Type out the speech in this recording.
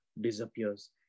disappears